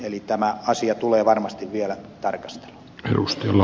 eli tämä asia tulee varmasti vielä tarkasteluun